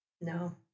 no